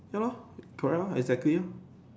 ya lor correct lo exactly lor